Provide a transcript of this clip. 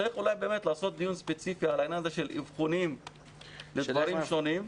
צריך אולי לעשות דיון ספציפי על העניין הזה של אבחונים של דברים שונים,